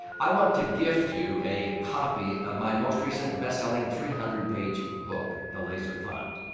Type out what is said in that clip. i want to gift you a copy of my most recent best-selling three hundred page book, the laser fund.